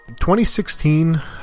2016